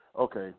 okay